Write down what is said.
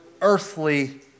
earthly